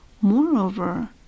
moreover